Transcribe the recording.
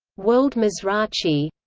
world mizrachi